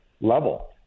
level